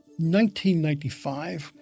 1995